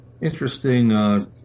interesting